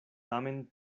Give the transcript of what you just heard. tamen